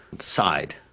side